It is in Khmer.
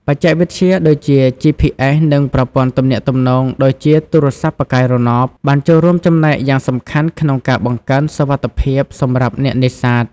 បច្ចេកវិទ្យាដូចជា GPS និងប្រព័ន្ធទំនាក់ទំនង ដូចជាទូរស័ព្ទផ្កាយរណប បានចូលរួមចំណែកយ៉ាងសំខាន់ក្នុងការបង្កើនសុវត្ថិភាពសម្រាប់អ្នកនេសាទ។